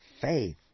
faith